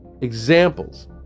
examples